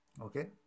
Okay